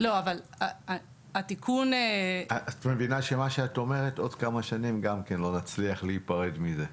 את מבינה שבעוד כמה שנים לא נצליח להיפרד מזה?